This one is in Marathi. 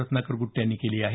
रत्नाकर गुट्टे यांनी केली आहे